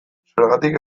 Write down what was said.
zergatik